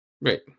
right